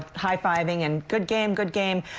high-fiving and good game, good game.